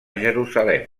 jerusalem